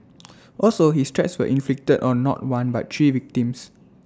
also his threats were inflicted on not one but three victims